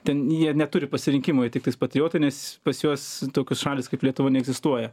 ten jie neturi pasirinkimo jie tiktais patriotai nes pas juos tokios šalys kaip lietuva neegzistuoja